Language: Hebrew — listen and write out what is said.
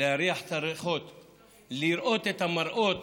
להריח את הריחות, לראות את המראות